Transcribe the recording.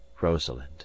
rosalind